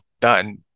done